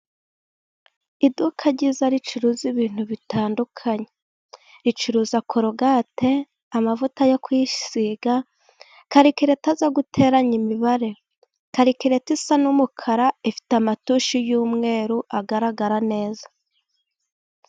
Iduka ryiza ricuruza ibintu bitandukanye. Ricuruza korogate, amavuta yo kwisiga, karikireta yo guteranya imibare, Karikireta isa n'umukara ifite amatushe y'umweru agaragara neza.